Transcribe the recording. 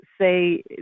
say